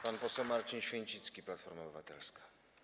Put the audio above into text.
Pan poseł Marcin Święcicki, Platforma Obywatelska.